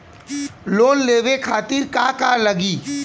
Loan लेवे खातीर का का लगी?